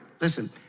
Listen